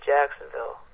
Jacksonville